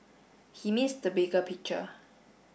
he missed the bigger picture